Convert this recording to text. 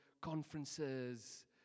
conferences